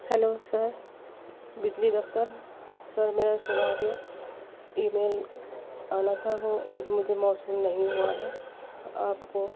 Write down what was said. hello sir بجلی دفتر sir میرا سناریو ای میل آنا تھا وہ مجھے موصول نہیں ہوا ہے آپ کو